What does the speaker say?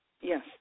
Yes